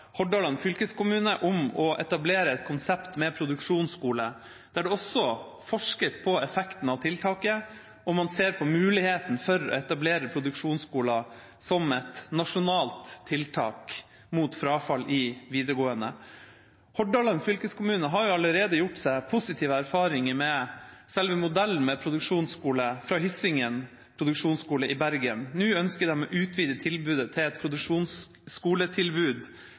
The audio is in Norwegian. Hordaland fylkeskommune om å etablere et konsept med produksjonsskole der det også forskes på effekten av tiltaket, og der man ser på muligheten for å etablere produksjonsskoler som et nasjonalt tiltak mot frafall i videregående. Hordaland fylkeskommune har allerede gjort sine positive erfaringer med selve modellen med produksjonsskole, fra Hyssingen produksjonsskole i Bergen. Nå ønsker de å utvide tilbudet til et